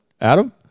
Adam